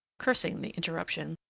cursing the interruption,